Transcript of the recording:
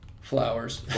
Flowers